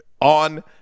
On